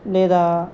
లేదా